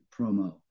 promo